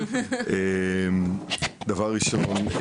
דבר ראשון,